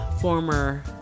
former